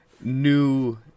new